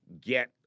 Get